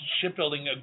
shipbuilding